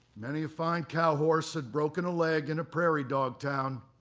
many a fine cow horse had broken a leg in a prairie dog town.